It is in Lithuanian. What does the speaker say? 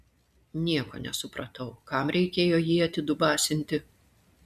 nieko nesupratau kam reikėjo jį atidubasinti